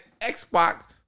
Xbox